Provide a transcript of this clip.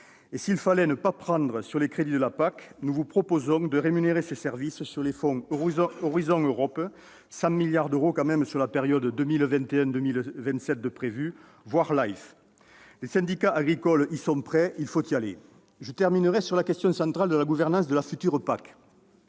Et s'il fallait ne pas prendre sur les crédits de la PAC, nous vous proposons de rémunérer ces services sur les fonds Horizon Europe- 100 milliards d'euros prévus tout de même sur la période 2021-2027 -, voire sur les fonds LIFE. Les syndicats agricoles y sont prêts. Il faut y aller ! Je terminerai sur la question centrale de la gouvernance de la future PAC.